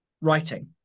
writing